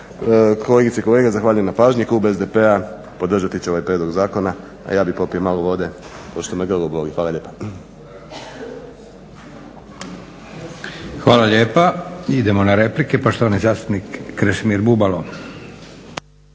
Hvala lijepa. Idemo na replike. Poštovani zastupnik Krešimir Bubalo.